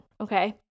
Okay